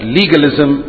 legalism